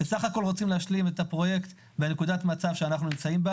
בסך הכול אנחנו רוצים להשלים את הפרויקט בנקודת המצב שאנחנו נמצאים בה